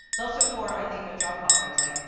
it's also for, i think, a job talk, i was like,